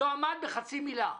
הוא לא עמד בחצי מילה.